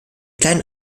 kleinen